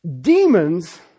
demons